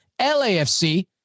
LAFC